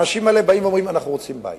האנשים האלה אומרים: אנחנו רוצים בית.